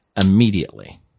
immediately